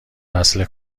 وصله